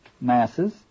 masses